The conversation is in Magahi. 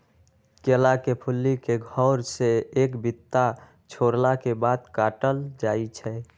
केरा के फुल्ली के घौर से एक बित्ता छोरला के बाद काटल जाइ छै